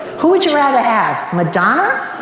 who would you rather have? madonna